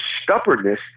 stubbornness